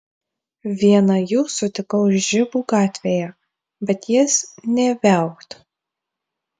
vieną jų sutikau žibų gatvėje bet jis nė viaukt